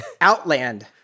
Outland